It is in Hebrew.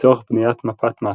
לצורך בניית "מפת מסה",